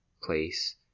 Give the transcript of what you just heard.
place